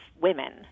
women